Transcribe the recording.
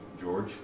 George